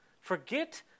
Forget